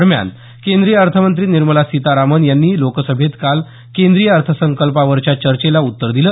दरम्यान केंद्रीय अर्थमंत्री निर्मला सीतारामन यांनी लोकसभेत काल केंद्रीय अर्थसंकल्पावरच्या चर्चेला उत्तर दिलं